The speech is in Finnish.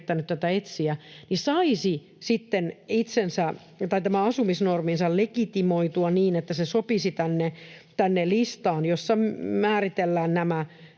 tätä etsiä, saisi sitten itsensä tai tämän asumisnorminsa legitimoitua niin, että se sopisi tänne listaan, jossa määritellään ”muu